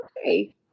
okay